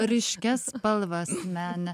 ryškias spalvas mena